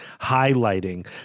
highlighting